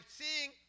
seeing